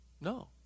No